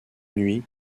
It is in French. nuit